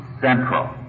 central